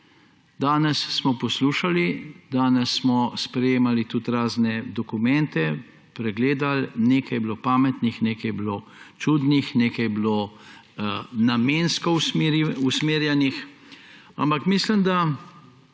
Danes smo poslušali, danes smo sprejemali tudi razne dokumente, pregledali, nekaj je bilo pametnih, nekaj je bilo čudnih, nekaj je bilo namensko usmerjenih. Ampak mislim, da